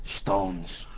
stones